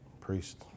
priest